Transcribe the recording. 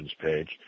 page